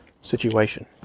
situation